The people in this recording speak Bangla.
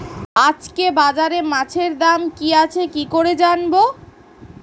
আজকে বাজারে মাছের দাম কি আছে কি করে জানবো?